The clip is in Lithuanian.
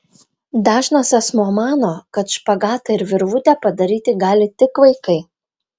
dažnas asmuo mano kad špagatą ir virvutę padaryti gali tik vaikai